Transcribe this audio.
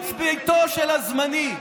לשיפוץ ביתו של הזמני.